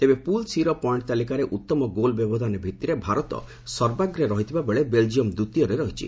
ତେବେ ପ୍ରଲ୍ ସି'ର ପଏଷ୍ଟ୍ ତାଲିକାରେ ଉତ୍ତମ ଗୋଲ୍ ବ୍ୟବଧାନ ଭିଭିରେ ଭାରତ ସର୍ବାଗ୍ରେ ରହିଥିବାବେଳେ ବେଲ୍କିୟମ୍ ଦ୍ୱିତୀୟରେ ରହିଛି